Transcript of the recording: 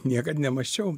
niekad nemąsčiau